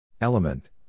Element